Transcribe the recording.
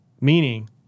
Meaning